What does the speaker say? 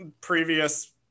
previous